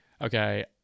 Okay